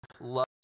love